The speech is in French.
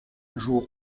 joue